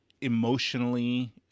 emotionally